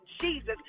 Jesus